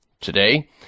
Today